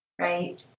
right